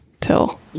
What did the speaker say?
till